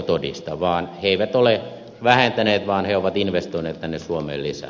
he eivät ole vähentäneet vaan he ovat investoineet suomeen lisää